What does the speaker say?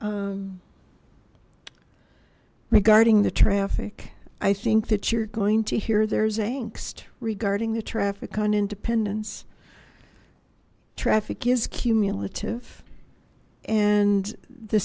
regarding the traffic i think that you're going to hear there's a regarding the traffic on independence traffic is cumulative and the